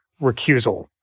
recusal